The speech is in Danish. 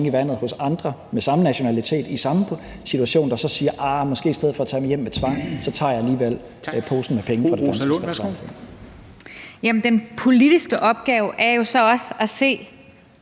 i vandet hos andre med samme nationalitet og i samme situation, der så siger: Ah, i stedet for at blive sendt hjem med tvang tager jeg måske alligevel posen med penge fra det danske samfund. Kl.